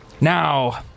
Now